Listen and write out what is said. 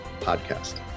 Podcast